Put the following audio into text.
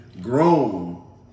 grown